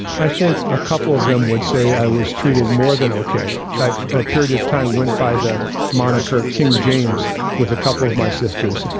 i think a couple of them would say i was treated more than okay. a ah period of time went by the moniker king james, with a couple of my sisters. and